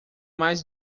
mais